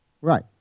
Right